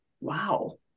wow